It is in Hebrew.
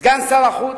סגן שר החוץ,